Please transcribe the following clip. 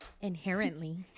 Inherently